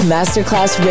Masterclass